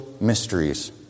mysteries